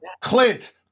Clint